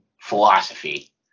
philosophy